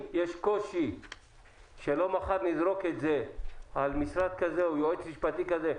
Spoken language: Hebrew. כדי שלא מחר נזרוק את זה על משרד כזה או יועץ משפטי כזה,